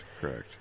Correct